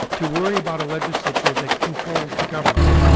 to worry about a legislature that controls the government,